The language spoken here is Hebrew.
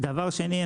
דבר שני,